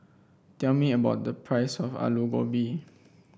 tell me about the price of Alu Gobi